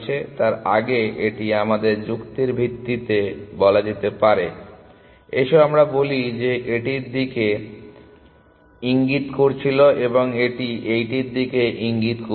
তার আগে এটি আমাদের যুক্তির ভিত্তিতে এটা বলা যেতে পারে এসো আমরা বলি যে এইটির দিকে ইঙ্গিত করছিল এবং এটি এইটির দিকে ইঙ্গিত করছিল